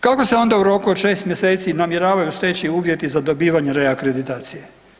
Kako se onda u roku od 6 mjeseci namjeravaju steći uvjeti za dobivanje reakreditacije?